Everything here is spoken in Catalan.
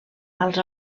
als